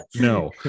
No